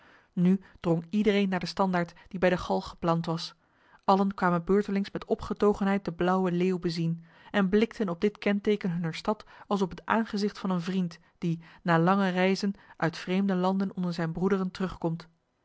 nu drong iedereen naar de standaard die bij de galg geplant was allen kwamen beurtelings met opgetogenheid de blauwe leeuw bezien en blikten op dit kenteken hunner stad als op het aangezicht van een vriend die na lange reizen uit vreemde landen onder zijn broederen terugkomt